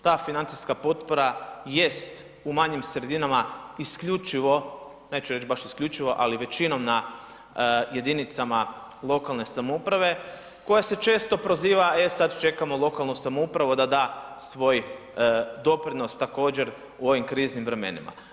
Ta financijska potpora jest u manjim sredinama isključivo, neću reći baš isključivo ali većinom na jedinicama lokalne samouprave koja se često proziva, e sad čekamo lokalnu samoupravu da da svoj doprinos također u ovim kriznim vremenima.